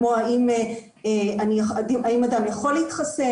כמו האם אדם יכול להתחסן,